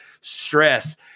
stress